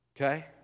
okay